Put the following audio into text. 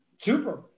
Super